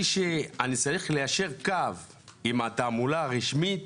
שאני צריך ליישר קו עם התעמולה הרשמית,